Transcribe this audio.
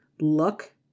look